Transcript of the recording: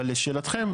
לשאלתכם,